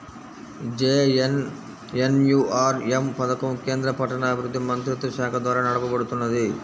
JNNURM పథకం కేంద్ర పట్టణాభివృద్ధి మంత్రిత్వశాఖ ద్వారా నడపబడుతున్నది